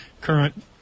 current